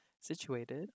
situated